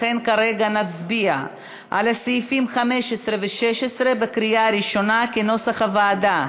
לכן כרגע נצביע על סעיפים 15 ו-16 בקריאה שנייה כנוסח הוועדה.